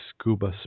Scuba